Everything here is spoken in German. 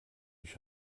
ich